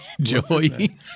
Joey